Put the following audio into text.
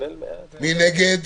מי נגד?